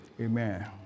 amen